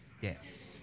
Yes